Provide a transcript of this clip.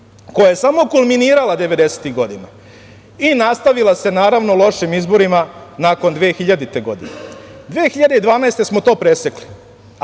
koja je samo kulminirala devedesetih godina i nastavila se, naravno, lošim izborima nakon 2000. godine. Godine 2012. smo to presekli.